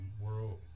World